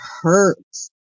hurts